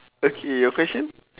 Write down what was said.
okay your question